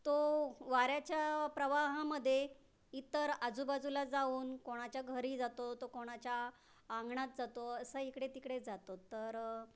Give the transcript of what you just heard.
तो वाऱ्याच्या प्रवाहामध्ये इतर आजूबाजूला जाऊन कोणाच्या घरी जातो तर कोणाच्या अंगणात जातो असा इकडेतिकडे जातो तर